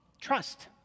Trust